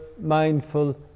mindful